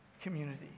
community